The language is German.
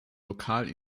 lokal